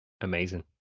amazing